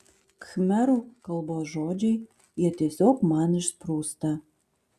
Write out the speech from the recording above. khmerų kalbos žodžiai jie tiesiog man išsprūsta